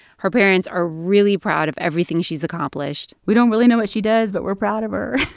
her parents are really proud of everything she's accomplished we don't really know what she does, but we're proud of her.